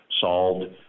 Solved